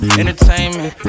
entertainment